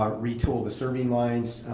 um retool the serving lines,